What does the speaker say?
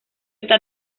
está